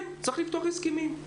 כן, צריך לפתוח הסכמים.